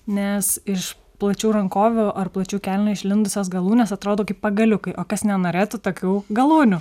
nes iš plačių rankovių ar plačių kelnių išlindusios galūnės atrodo kaip pagaliukai o kas nenorėtų tokių galūnių